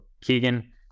keegan